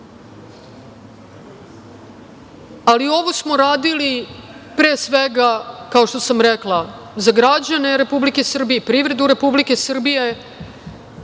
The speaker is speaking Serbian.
ovo smo radili, pre svega, kao što sam rekla, za građane Republike Srbije i privredu Republike Srbije